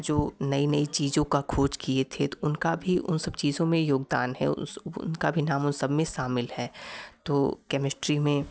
जो नई नई चीज़ों का खोज किए थे तो उनका भी उन सब चीज़ों में योगदान है उस उनका भी नाम उन सब में शामिल है तो केमिस्ट्री में